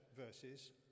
verses